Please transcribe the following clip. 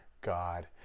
God